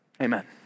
Amen